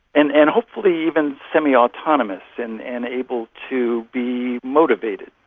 and and hopefully even semiautonomous and and able to be motivated.